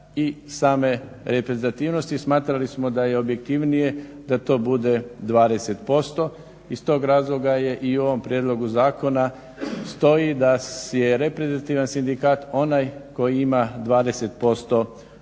i same reprezentativnosti. Smatrali smo da je objektivnije da to bude 20%. Iz tog razloga je i u ovom prijedlogu zakona stoji da je reprezentativan sindikat onaj koji ima 20% udruženih